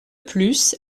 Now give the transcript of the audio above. plus